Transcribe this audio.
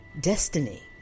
destiny